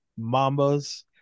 Mambas